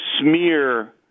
smear